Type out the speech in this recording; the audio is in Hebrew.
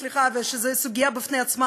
האויב, בעיקר ב"דאעש",